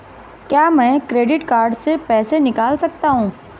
क्या मैं credit card से पैसे निकाल सकता हूँ?